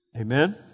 Amen